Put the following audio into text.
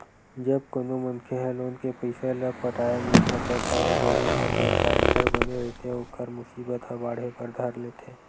जब कोनो मनखे ह लोन के पइसा ल पटाय नइ सकय त ओ बेरा म जउन गारेंटर बने रहिथे ओखर मुसीबत ह बाड़हे बर धर लेथे